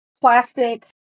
plastic